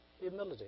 humility